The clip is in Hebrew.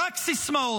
רק סיסמאות.